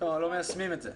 לא מיישמים את זה.